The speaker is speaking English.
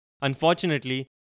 Unfortunately